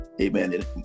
Amen